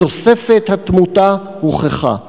או תוספת התמותה, הוכחה.